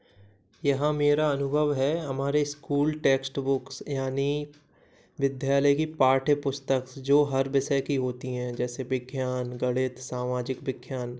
यहाँ मेरा अनुभव है हमारे इस्कूल टेक्स्टबुक्स यानि विद्यालय की पाठ्यपुस्तक जो हर विषय की होती है जैसे विज्ञान गणित सामाजिक विज्ञान